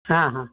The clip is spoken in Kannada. ಹಾಂ ಹಾಂ